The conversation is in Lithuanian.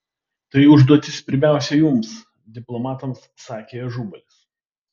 tai užduotis pirmiausia jums diplomatams sakė ažubalis